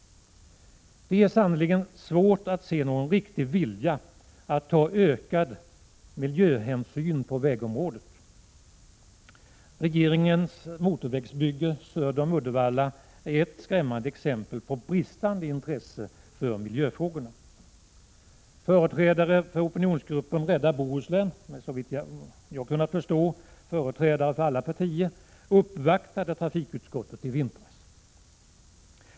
Det är sannerligen svårt att se någon riktig vilja när det gäller att ta större miljöhänsyn på vägområdet. Regeringens motorvägsbygge söder om Uddevalla är ett skrämmande exempel på bristande intresse för miljöfrågorna. Företrädare för opinionsgruppen Rädda Bohuslän — såvitt jag förstår rör det sig om representanter för alla partier — uppvaktade trafikutskottet i vintras.